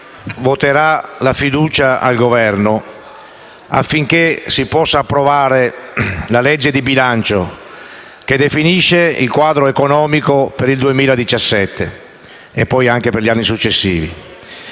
voterà la fiducia al Governo affinché si possa approvare il disegno di legge di bilancio che definisce il quadro economico per il 2017 e poi anche per gli anni successivi.